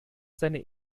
seine